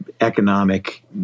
economic